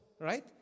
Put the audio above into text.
right